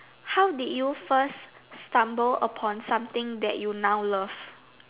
how did you first stumble upon something that you now love